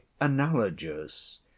analogous